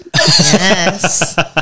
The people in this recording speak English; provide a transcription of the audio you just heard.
Yes